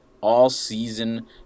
all-season